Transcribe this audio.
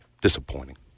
Disappointing